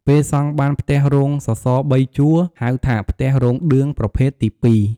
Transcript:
ពេលសង់បានផ្ទះរោងសសរ៣ជួរ ហៅថា ផ្ទះរោងឌឿងប្រភេទទី២។